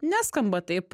neskamba taip